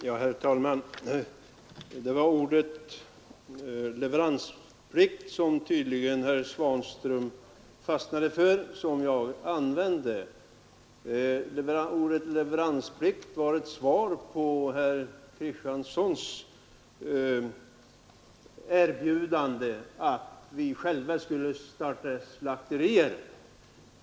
Herr talman! Det var ordet leveransplikt som jag använde och som herr Svanström tydligen fastnade för. Detta ord var ett svar på herr Kristianssons i Harplinge erbjudande att vi själva skulle starta slakterier.